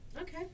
Okay